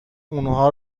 اونها